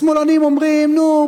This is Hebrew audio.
השמאלנים אומרים: נו,